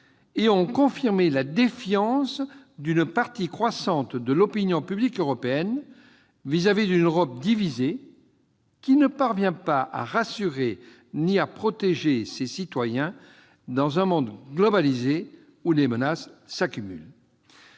et ont confirmé la défiance d'une partie croissante de l'opinion publique européenne vis-à-vis d'une Europe divisée, qui ne parvient pas à rassurer ni à protéger ses citoyens dans un monde globalisé où les menaces s'accumulent.